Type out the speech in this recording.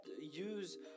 use